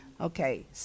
Okay